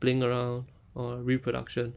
playing around or reproduction